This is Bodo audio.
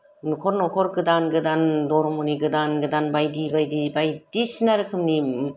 नखर नखर गोदान गोदान धर्मनि गोदान गोदान बायदि बायदि बायदिसिना रोखोमनि